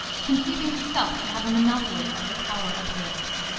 conceiving himself to have a monopoly of the power of hills.